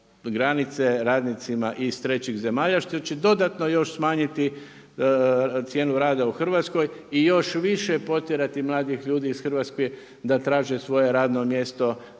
granice radnicima iz 3 zemalja, što će dodatno još smanjiti cijenu rada u Hrvatskoj i još više potjerati mladih ljudi iz Hrvatske da traže svoje radno mjesto